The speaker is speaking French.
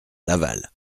laval